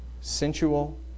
sensual